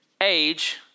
age